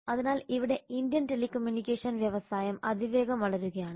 അതിനാൽ ഇവിടെ Indian telecommunication വ്യവസായം അതിവേഗം വളരുകയാണ്